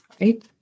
right